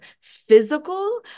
physical